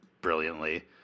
brilliantly